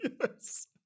Yes